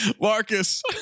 Marcus